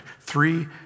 Three